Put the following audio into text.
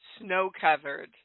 snow-covered